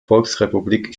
volksrepublik